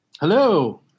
Hello